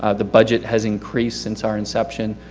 ah the budget has increased since our inception.